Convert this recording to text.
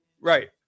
Right